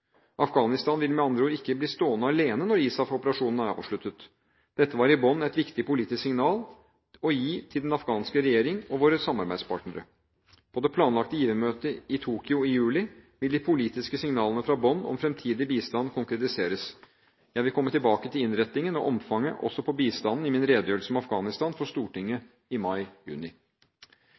Afghanistan vil med andre ord ikke bli stående alene når ISAF-operasjonen er avsluttet. Dette var i Bonn et viktig politisk signal å gi til den afghanske regjering og våre samarbeidspartnere. På det planlagte givermøtet i Tokyo i juli vil de politiske signalene fra Bonn om fremtidig bistand konkretiseres. Jeg vil komme tilbake til innretningen på og omfanget også av bistanden i min redegjørelse om Afghanistan for Stortinget i